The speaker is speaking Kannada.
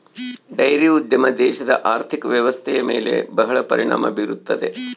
ಡೈರಿ ಉದ್ಯಮ ದೇಶದ ಆರ್ಥಿಕ ವ್ವ್ಯವಸ್ಥೆಯ ಮೇಲೆ ಬಹಳ ಪರಿಣಾಮ ಬೀರುತ್ತದೆ